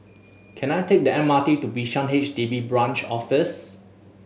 can I take the M R T to Bishan H D B Branch Office